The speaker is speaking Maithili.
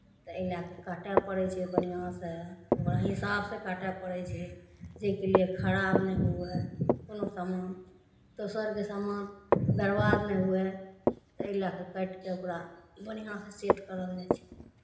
तऽ एहि लए कऽ काटय पड़ै छै बढ़िआँसँ ओकरा हिसाबसँ काटय पड़ै छै जाहिके लिए खराब नहि हुअय कोनो समान दोसरके समान बरबाद नहि हुअय तऽ एहि लए कऽ काटि कऽ ओकरा बढ़िआँसँ सेट करल जाइ छै